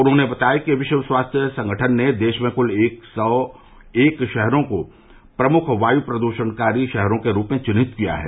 उन्होंने बताया कि विश्व स्वास्थ्य संगठन ने देश में क्ल एक सौ एक शहरों को प्रमुख वाय् प्रद्यणकारी शहरों के रूप में विन्हित किया है